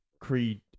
Creed